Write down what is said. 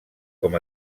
com